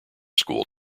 school